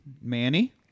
Manny